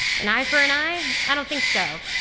an eye for an eye, i don't think so.